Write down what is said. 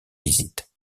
visite